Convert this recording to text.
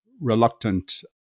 reluctant